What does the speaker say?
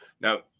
Now